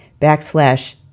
backslash